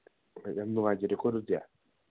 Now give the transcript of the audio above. ꯍꯣꯏ ꯌꯥꯝ ꯅꯨꯡꯉꯥꯏꯖꯔꯦꯀꯣ ꯑꯗꯨꯗꯤ